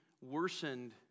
worsened